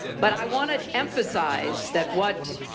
but i want to emphasize that what